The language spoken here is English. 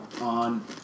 on